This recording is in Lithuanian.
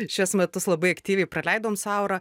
šiuos metus labai aktyviai praleidom su aura